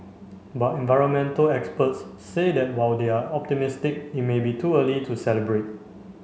but environmental experts say that while they are optimistic it may be too early to celebrate